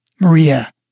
Maria